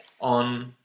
on